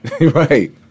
Right